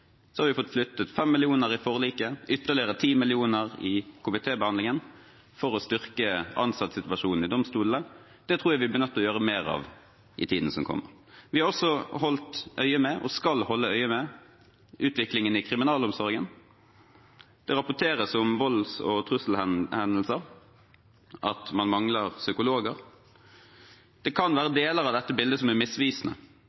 har vi fått flyttet 5 mill. kr i forliket og ytterligere 10 mill. kr i komitébehandlingen for å styrke ansattsituasjonen i domstolene. Det tror jeg vi blir nødt til å gjøre mer av i tiden som kommer. Vi har også holdt øye med, og skal holde øye med, utviklingen i kriminalomsorgen. Det rapporteres om volds- og trusselhendelser og at man mangler psykologer. Det kan være